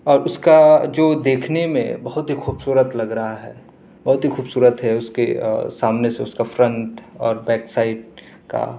اور اس کا جو دیکھنے میں بہت ہی خوبصورت لگ رہا ہے بہت ہی خوبصورت ہے اس کے سامنے سے اس کا فرنٹ اور بیک سائڈ کا